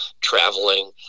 traveling